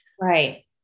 Right